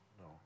No